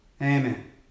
Amen